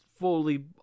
fully